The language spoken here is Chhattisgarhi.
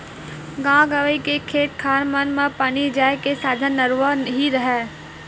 गाँव गंवई के खेत खार मन म पानी जाय के साधन नरूवा ही हरय